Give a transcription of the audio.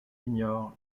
ignorent